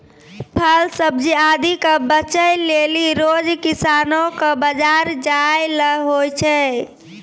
फल सब्जी आदि क बेचै लेलि रोज किसानो कॅ बाजार जाय ल होय छै